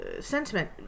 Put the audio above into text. sentiment